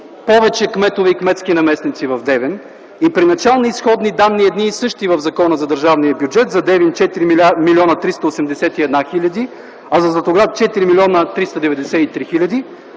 повече кметове и кметски наместници в Девин и при начални изходни данни едни и същи в Закона за държавния бюджет – за Девин 4 млн. 381 хиляди, а за Златоград – 4 млн. 393 хиляди.